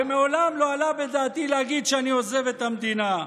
ומעולם לא עלה בדעתי להגיד שאני עוזב את המדינה.